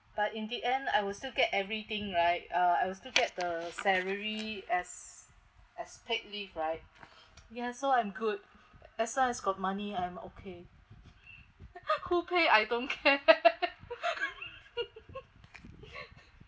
but in the end I will still get everything right uh I will still get the salary as as paid leave right yeah so I'm good as long I got money I'm okay who pay I don't care